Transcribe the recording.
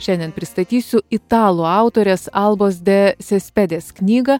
šiandien pristatysiu italų autorės albos de sispedės knygą